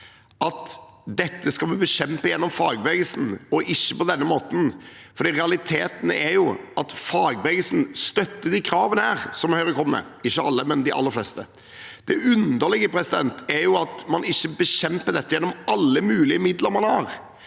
at vi skal bekjempe dette gjennom fagbevegelsen, og ikke på denne måten, for realiteten er jo at fagbevegelsen støtter de kravene Høyre kommer med her – ikke alle, men de aller fleste. Det underlige er at man ikke bekjemper dette gjennom alle mulige midler man har,